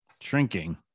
shrinking